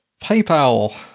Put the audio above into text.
PayPal